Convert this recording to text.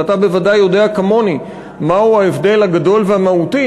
ואתה בוודאי יודע כמוני מהו ההבדל הגדול והמהותי